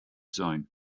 zone